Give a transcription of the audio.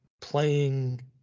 playing